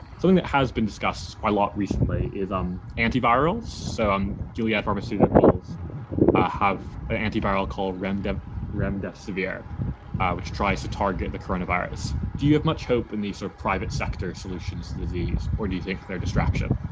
something that has been discussed quite a lot recently is um antivirals so um juliet pharmaceuticals ah have an antiviral called random ramdev severe which tries to target the coronavirus. do you have much hope and these are private sector solutions to the disease or do you think they're distraction?